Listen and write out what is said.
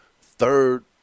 third